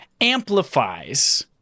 amplifies